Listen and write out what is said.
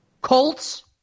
Colts